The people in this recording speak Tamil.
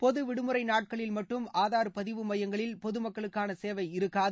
பொது விடுமுறை நாட்களில் மட்டும் ஆதார் பதிவு மையங்களில் பொதுமக்களுக்கான சேவை இருக்காது